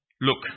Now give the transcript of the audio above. Look